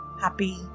Happy